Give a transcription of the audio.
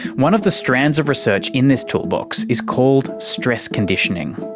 one of the strands of research in this toolbox is called stress conditioning.